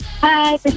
Hi